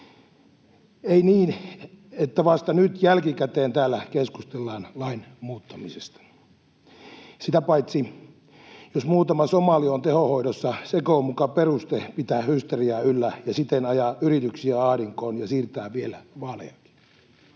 ei niin, että vasta nyt jälkikäteen täällä keskustellaan lain muuttamisesta. Sitä paitsi jos muutama somali on tehohoidossa, sekö on muka peruste pitää hysteriaa yllä ja siten ajaa yrityksiä ahdinkoon ja siirtää vielä vaalejakin?